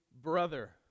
Brother